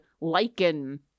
lichen